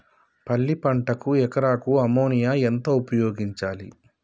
పల్లి పంటకు ఎకరాకు అమోనియా ఎంత ఉపయోగించాలి?